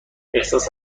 احساس